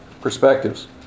perspectives